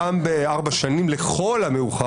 אני אשמח אם תרחיב על הנושא של ההתגברות.